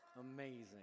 Amazing